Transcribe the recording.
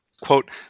quote